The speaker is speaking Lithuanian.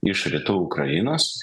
iš rytų ukrainos